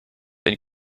een